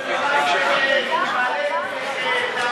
חוק שנולד בחטא.